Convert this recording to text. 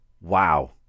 Wow